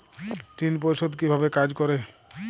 ঋণ পরিশোধ কিভাবে কাজ করে?